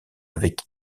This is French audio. avec